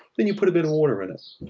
then, you put a bit of water in it.